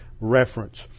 reference